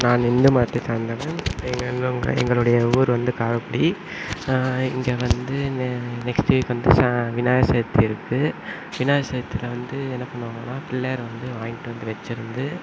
நான் இந்து மதத்தை சார்ந்தவன் எங்கள் எங்களுடைய ஊர் வந்து காரைக்குடி இங்கே வந்து விநாயகர் சதுர்த்தி இருக்கு விநாயகர் சதுர்த்தியில வந்து என்ன பண்ணுவாங்கன்னா பிள்ளையாரை வந்து வாங்கிட்டு வந்து வச்சியிருந்து